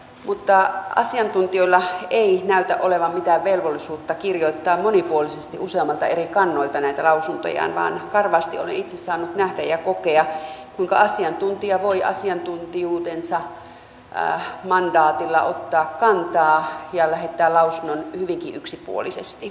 mutta asiantuntijoilla ei näytä olevan mitään velvollisuutta kirjoittaa monipuolisesti useammilta eri kannoilta näitä lausuntojaan vaan karvaasti olen itse saanut nähdä ja kokea kuinka asiantuntija voi asiantuntijuutensa mandaatilla ottaa kantaa ja lähettää lausunnon hyvinkin yksipuolisesti